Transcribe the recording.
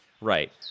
right